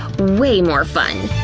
way more fun.